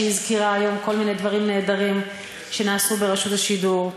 שהזכירה היום כל מיני דברים נהדרים שנעשו ברשות השידור.